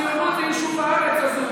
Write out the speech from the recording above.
ציונות היא יישוב הארץ הזאת.